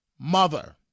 mother